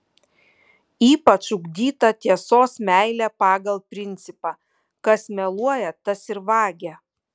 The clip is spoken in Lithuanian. ypač ugdyta tiesos meilė pagal principą kas meluoja tas ir vagia